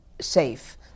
safe